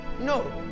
No